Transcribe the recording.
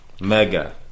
Mega